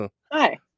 Hi